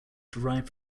derive